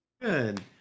Good